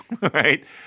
right